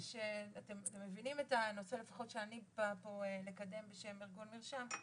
אתם מבינים את הנושא לפחות שאני באה לקדם פה בשם ארגון מרשם,